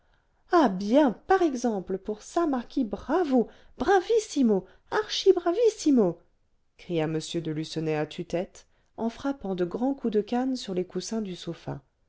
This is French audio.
ah bien par exemple pour ça marquis bravo bravissimo archi bravissimo cria m de lucenay à tue-tête en frappant de grands coups de canne sur les coussins du sofa